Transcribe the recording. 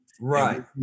Right